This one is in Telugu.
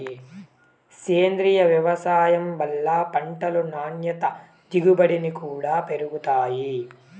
సేంద్రీయ వ్యవసాయం వల్ల పంటలు నాణ్యత దిగుబడి కూడా పెరుగుతాయి